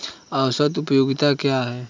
औसत उपयोगिता क्या है?